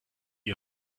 ihr